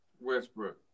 Westbrook